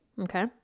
okay